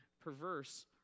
perverse